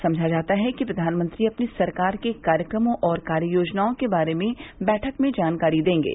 समझा जाता है कि प्रधानमंत्री अपनी सरकार के कार्यक्रमों और कार्ययोजनाओं के बारे में बैठक में जानकारी देंगे